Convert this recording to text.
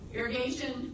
Irrigation